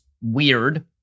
weird